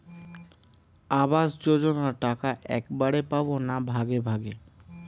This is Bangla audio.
আবাস যোজনা টাকা একবারে পাব না ভাগে ভাগে?